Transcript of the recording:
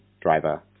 driver